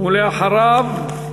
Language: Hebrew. אחריו,